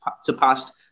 surpassed